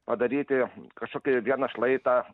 padaryti kažkokį vieną šlaitą